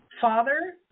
Father